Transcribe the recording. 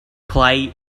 play